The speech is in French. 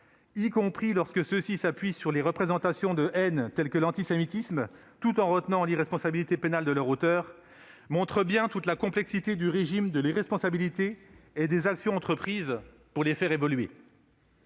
y compris lorsque ceux-ci s'appuient sur des représentations de haine telles que l'antisémitisme, tout en retenant l'irresponsabilité pénale de leur auteur, montre bien toute la complexité du régime de l'irresponsabilité et des actions entreprises pour le faire évoluer.